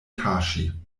kaŝi